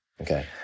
Okay